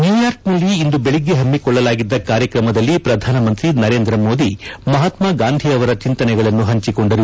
ನ್ಯೂರ್ಯಾಕ್ನಲ್ಲಿ ಇಂದು ಬೆಳಿಗ್ಗೆ ಹಮ್ಮಿಕೊಳ್ಳಲಾಗಿದ್ದ ಕಾರ್ಯಕ್ರಮದಲ್ಲಿ ಪ್ರಧಾನಮಂತ್ರಿ ನರೇಂದ್ರ ಮೋದಿ ಮಹಾತ್ಮಗಾಂಧಿ ಅವರ ಚಿಂತನೆಗಳನ್ನು ಹಂಚಿಕೊಂಡರು